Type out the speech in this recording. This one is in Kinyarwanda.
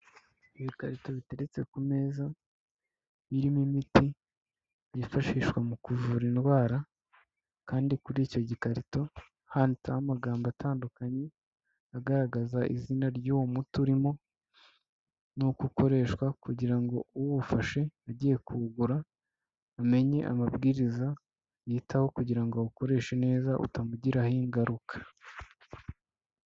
Ibikarito biteretse ku meza birimo imiti, byifashishwa mu kuvura indwara kandi kuri icyo gikarito handitseho amagambo atandukanye agaragaza izina ry'uwo muti urimo n'uko ukoreshwa kugira ngo uwufashe agiye kuwugura umenye amabwiriza yitaho kugira ngo awukoreshe neza utamugiraho ingaruka.